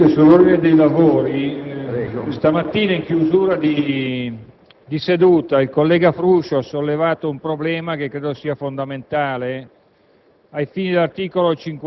Presidente, questa mattina, in chiusura di seduta, il collega Fruscio ha sollevato un problema, che credo sia fondamentale,